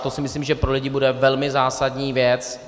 To si myslím, že pro lidi bude velmi zásadní věc.